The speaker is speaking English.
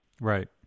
right